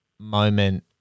moment